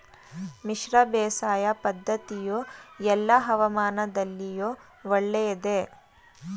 ಮಿಶ್ರ ಬೇಸಾಯ ಪದ್ದತಿಯು ಎಲ್ಲಾ ಹವಾಮಾನದಲ್ಲಿಯೂ ಒಳ್ಳೆಯದೇ?